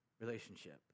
relationship